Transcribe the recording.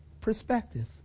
perspective